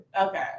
Okay